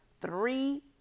three